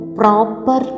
proper